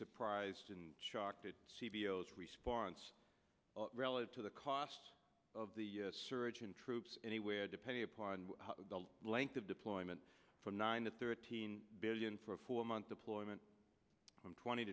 surprised and shocked at c b s response relative to the cost of the surge in troops anywhere depending upon the length of deployment from nine to thirteen billion for a four month deployment from twenty